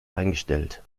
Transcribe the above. eingestellt